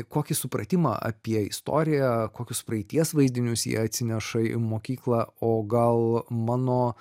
kokį supratimą apie istoriją kokius praeities vaizdinius jie atsineša į mokyklą o gal mano